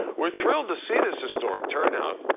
we're thrilled to see this historic turnout.